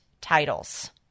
titles